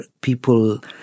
people